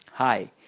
Hi